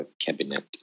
cabinet